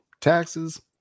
taxes